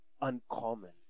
Uncommon